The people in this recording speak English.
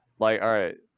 like, alright.